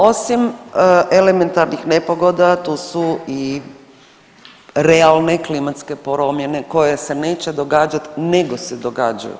Osim elementarnih nepogoda tu su i realne klimatske promjene koje se neće događati nego se događaju.